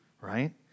right